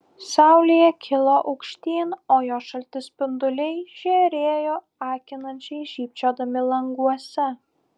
saulė kilo aukštyn o jos šalti spinduliai žėrėjo akinančiai žybčiodami languose